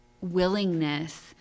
willingness